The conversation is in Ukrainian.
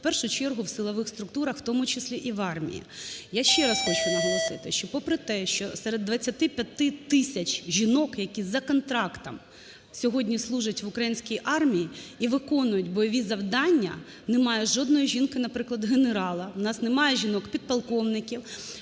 в першу чергу в силових структурах, в тому числі і в армії. Я ще раз хочу наголосити, що попри те, що серед 25 тисяч жінок, які за контрактом сьогодні служать в українській армії і виконують бойові завдання, немає жодної жінки, наприклад, генерала, у нас немає жінок підполковників.